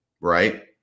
right